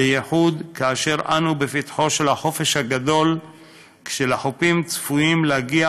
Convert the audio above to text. בייחוד כאשר אנו בפתחו של החופש הגדול ולחופים צפויים להגיע